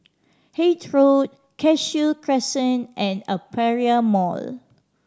Hythe Road Cashew Crescent and Aperia Mall